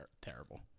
terrible